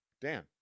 Dan